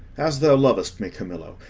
as thou lovest me, camillo,